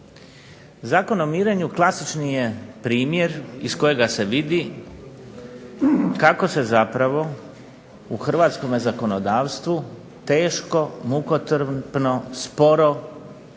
Zakon o mirenju klasični je primjer iz kojega se vidi kako se zapravo u hrvatskome zakonodavstvu teško, mukotrpno, sporo,